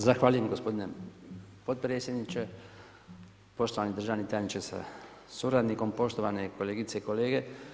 Zahvaljujem gospodine potpredsjedniče, poštovani državni tajniče sa suradnikom, poštovane kolegice i kolege.